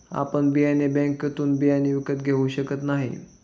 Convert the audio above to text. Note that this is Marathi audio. आपण बियाणे बँकेतून बियाणे विकत घेऊ शकत नाही